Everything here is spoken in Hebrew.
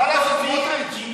של מדינת ישראל.